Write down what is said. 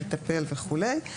מטפל וכולי.